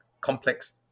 complex